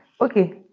okay